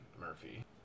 Murphy